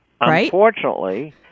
Unfortunately